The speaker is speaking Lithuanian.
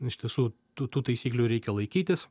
iš tiesų tų tų taisyklių reikia laikytis